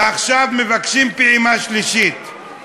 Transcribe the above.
ועכשיו מבקשים פעימה שלישית,